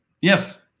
yes